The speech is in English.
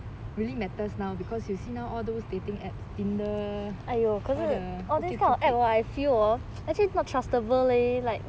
really matters now because you see now all those dating apps tinder